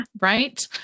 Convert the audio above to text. Right